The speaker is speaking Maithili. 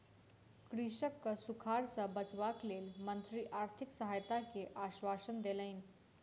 कृषकक सूखाड़ सॅ बचावक लेल मंत्री आर्थिक सहायता के आश्वासन देलैन